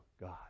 God